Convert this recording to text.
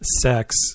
sex